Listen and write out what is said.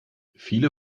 viele